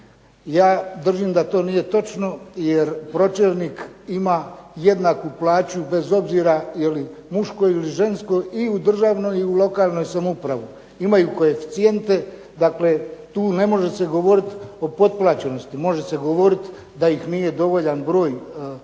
Ja držim da to nije točno jer pročelnik ima jednaku plaću, bez obzira je li muško ili žensko i u državnoj i u lokalnoj samoupravi. Imaju koeficijente dakle tu ne može se govorit o potplaćenosti, može se govorit da ih nije dovoljan broj u odnosu